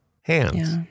Hands